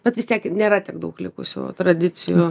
bet vis tiek nėra tiek daug likusių tradicijų